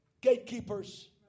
gatekeepers